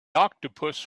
octopus